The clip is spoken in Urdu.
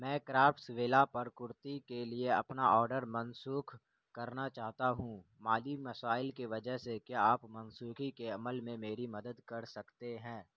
میں کرافٹس ولا پر کرتی کے لیے اپنا آڈر منسوخ کرنا چاہتا ہوں مالی مسائل کی وجہ سے کیا آپ منسوخی کے عمل میں میری مدد کر سکتے ہیں